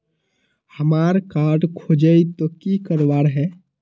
हमार कार्ड खोजेई तो की करवार है?